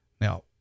Now